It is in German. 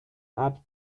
art